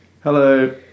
Hello